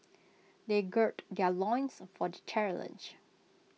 they gird their loins for the challenge